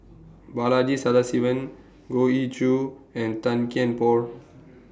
Balaji Sadasivan Goh Ee Choo and Tan Kian Por